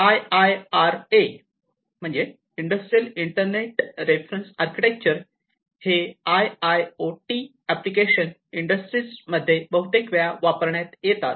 I I R A industrial internet reference architecture हे I I O T application industries मध्ये बहुतेक वेळा वापरतात